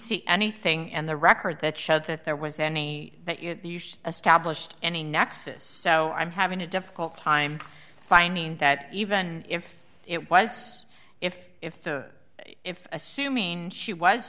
see anything and the record that showed that there was any that you're a stablished any nexus so i'm having a difficult time finding that even if it was if if the if assuming she was